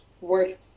worth